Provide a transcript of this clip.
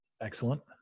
Excellent